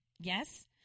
yes